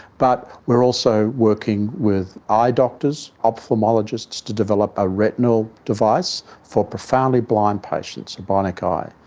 but we are also working with eye doctors, ophthalmologists to develop a retinal device for profoundly blind patients, a bionic eye.